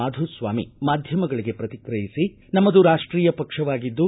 ಮಾಧುಸ್ವಾಮಿ ಮಾಧ್ಯಮಗಳಿಗೆ ಪ್ರತಿಕ್ರಯಿಸಿ ನಮ್ಮದು ರಾಷ್ಟೀಯ ಪಕ್ಷವಾಗಿದ್ದು